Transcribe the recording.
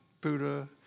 Buddha